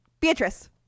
Beatrice